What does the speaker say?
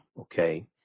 okay